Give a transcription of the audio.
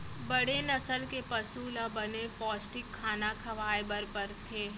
बड़े नसल के पसु ल बने पोस्टिक खाना खवाए बर परथे